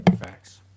Facts